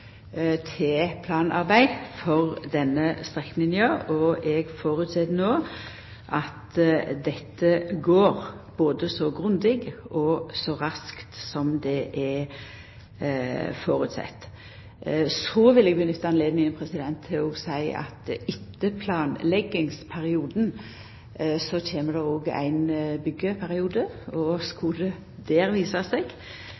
til planarbeid for denne strekninga, og eg går ut frå at dette går både så grundig og så raskt som føresett. Så vil eg nytta høvet til å seia at etter planleggingsperioden kjem det òg ein byggjeperiode, og skulle det der visa seg